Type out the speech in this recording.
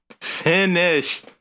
Finish